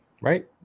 Right